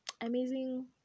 amazing